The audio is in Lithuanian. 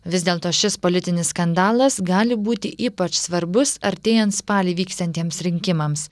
vis dėlto šis politinis skandalas gali būti ypač svarbus artėjant spalį vyksiantiems rinkimams